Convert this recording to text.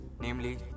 namely